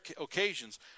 occasions